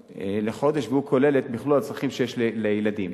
לחודש, והוא כולל את מכלול הצרכים שיש לילדים.